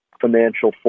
financial